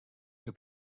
kui